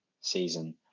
season